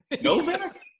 Novak